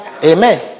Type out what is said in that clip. Amen